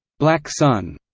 black sun,